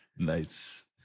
Nice